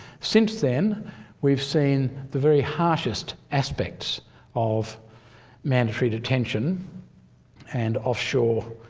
since then we've seen the very harshest aspects of mandatory detention and offshore